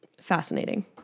Fascinating